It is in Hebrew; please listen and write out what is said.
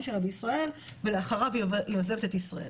שלה בישראל ולאחריו היא עוזבת את ישראל.